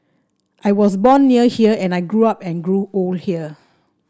I was born near here and I grew up and grew old here